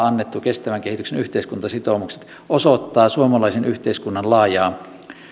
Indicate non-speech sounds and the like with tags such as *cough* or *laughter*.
*unintelligible* annettu kestävän kehityksen yhteiskuntasitoumukset osoittavat suomalaisen yhteiskunnan laajaa